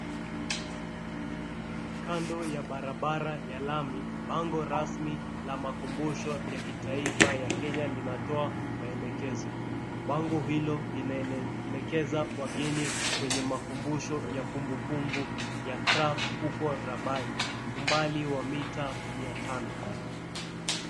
Kando ya barabara ya lami bango rasmi la makumbusho ya kitaifa ya Kenya linatoa maelekezo. Bango hilo linaelekeza wageni kwenye makumbusho ya kumbukumbu ya KRAPF huko Rabai umbali wa mita mia tano.